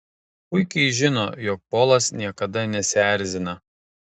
puikiai žino jog polas niekada nesierzina